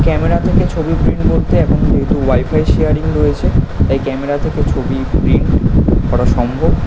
camera থেকে ছবি print বলতে এখন যেহেতু ওয়াইফাই শেয়ারিং রয়েছে তাই ক্যামেরা থেকে ছবি প্রিন্ট করা সম্ভব